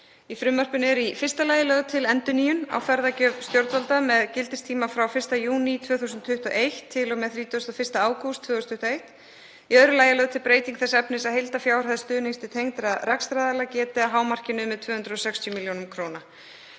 Í frumvarpinu er í fyrsta lagi lögð til endurnýjun á ferðagjöf stjórnvalda með gildistíma frá 1. júní 2021 til og með 31. ágúst 2021. Í öðru lagi er lögð til breyting þess efnis að heildarfjárhæð stuðnings til tengdra rekstraraðila geti að hámarki numið 260 millj. kr.